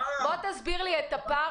אז בוא תסביר לי את הפער